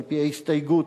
על-פי ההסתייגות,